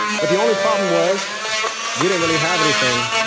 but the only problem was we didn't really have anything.